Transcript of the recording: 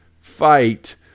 Fight